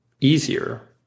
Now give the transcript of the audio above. easier